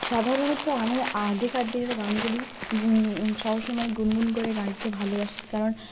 সাধারণত আমি আগেকার দিনের গানগুলি সব সময় গুনগুন করে গাইতে ভালোবাসি কারণ